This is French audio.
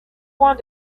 point